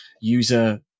user